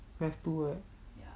we have to right